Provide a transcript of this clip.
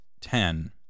ten